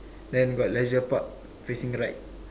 then got Leisure Park facing right